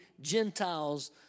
Gentiles